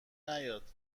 نیاد